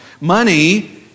Money